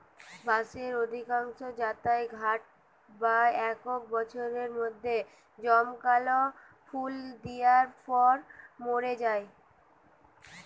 বাঁশের অধিকাংশ জাতই ষাট বা একশ বছরের মধ্যে জমকালো ফুল দিয়ার পর মোরে যায়